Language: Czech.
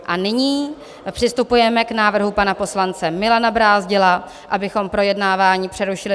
A nyní přistupujeme k návrhu pana poslance Milana Brázdila, abychom projednávání přerušili do 31. 12. 2024.